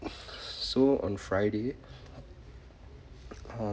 so on friday um